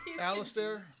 alistair